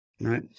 right